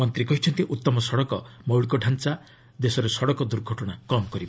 ମନ୍ତ୍ରୀ କହିଛନ୍ତି ଉତ୍ତମ ସଡ଼କ ମୌଳିକତାଞ୍ଚା ଦେଶରେ ସଡ଼କ ଦୁର୍ଘଟଣା କମ୍ କରିବ